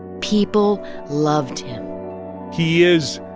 people loved him he is,